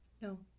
No